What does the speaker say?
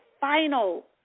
Final